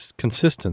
consistent